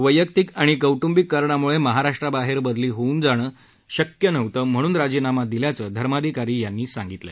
वैयक्तिक आणि कौट्ंबिक कारणामुळे महाराष्ट्राबाहेर बदली होऊन जाणं शक्य नव्हतं म्हणून राजीनामा दिल्याचं धर्माधिकारी यांनी सांगितलं